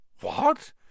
What